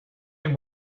him